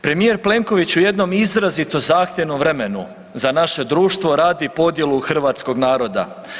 Premijer Plenković u jednom izrazito zahtjevnom vremenu za naše društvo radi podjelu hrvatskog naroda.